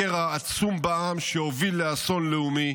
מקרע עצום בעם שהוביל לאסון לאומי,